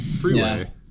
freeway